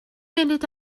munud